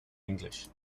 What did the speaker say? english